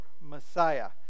Messiah